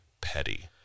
Petty